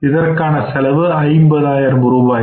இதற்காக உள்ள செலவு 50 ஆயிரம் ரூபாய்